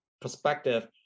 perspective